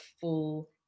full